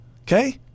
Okay